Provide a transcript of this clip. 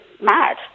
mad